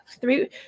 three